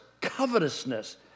covetousness